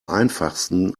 einfachsten